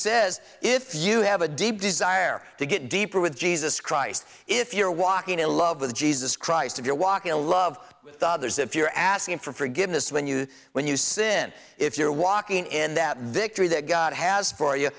says if you have a deep desire to get deeper with jesus christ if you're walking in love with jesus christ if you're walking a love the others if you're asking for forgiveness when you when you sin if you're walking in that victory that god has for you